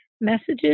messages